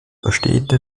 bestehende